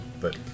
but-